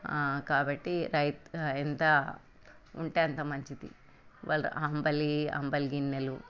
కాబట్టి రై ఎంత ఉంటే అంత మంచిది వాళ్ళు అంబలి అంబలి గిన్నెలు